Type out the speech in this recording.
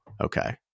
Okay